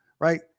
right